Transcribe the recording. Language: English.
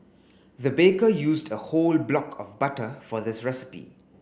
the baker used a whole block of butter for this recipe